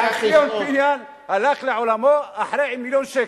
לפי החישוב ציון פיניאן הלך לעולמו אחרי מיליון שקל.